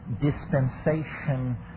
dispensation